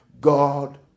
God